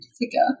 figure